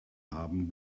haben